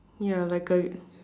ya like A